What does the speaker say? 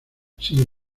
sin